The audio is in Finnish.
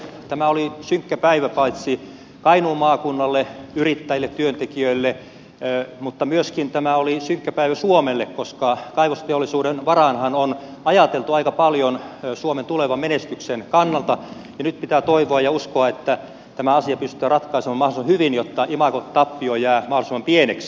tämä oli synkkä päivä paitsi kainuun maakunnalle yrittäjille työntekijöille myöskin suomelle koska kaivosteollisuuden varaanhan on ajateltu aika paljon suomen tulevan menestyksen kannalta ja nyt pitää toivoa ja uskoa että tämä asia pystytään ratkaisemaan mahdollisimman hyvin jotta imagotappio jää mahdollisimman pieneksi